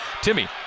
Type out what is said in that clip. Timmy